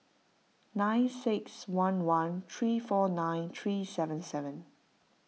nine six one one three four nine three seven seven